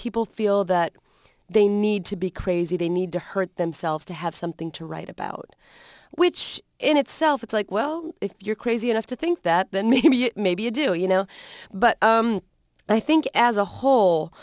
people feel that they need to be crazy they need to hurt themselves to have something to write about which in itself it's like well if you're crazy enough to think that then maybe maybe you do you know but i think as a whole